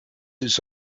its